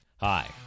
Hi